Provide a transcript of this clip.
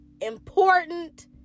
important